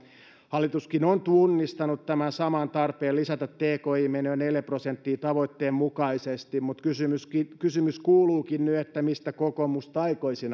hallituskin on tunnistanut tämän saman tarpeen lisätä tki menoja neljä prosenttia tavoitteen mukaisesti mutta kysymys kysymys kuuluukin nyt mistä kokoomus taikoisi